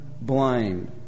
blind